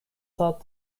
thought